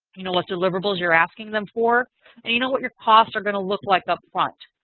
you know what deliverables you're asking them for, and you know what your costs are going to look like up front.